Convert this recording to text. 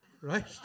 right